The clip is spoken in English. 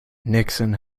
nixon